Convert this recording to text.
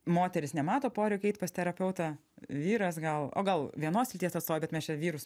moteris nemato poreikio eit pas terapeutą vyras gal o gal vienos lyties atstovė bet mes čia vyrus